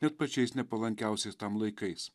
net pačiais nepalankiausiais laikais